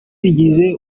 bigize